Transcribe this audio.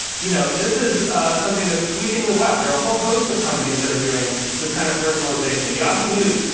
you know this is something that's sweeping the web. there are a whole host of companies that are doing this kind of personalisation. yahoo news,